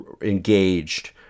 engaged